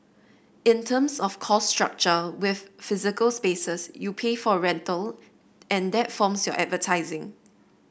in terms of cost structure with physical spaces you pay for rental and that forms your advertising